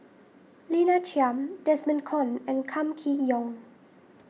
Lina Chiam Desmond Kon and Kam Kee Yong